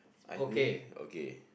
I think okay